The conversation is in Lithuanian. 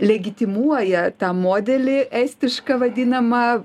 legitimuoja tą modelį estišką vadinamą